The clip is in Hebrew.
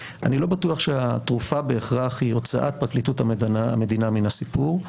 אני לא בטוח שהתרופה בהכרח היא הוצאת פרקליטות המדינה מן הסיפור.